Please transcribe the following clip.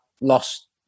lost